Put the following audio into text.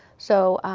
so,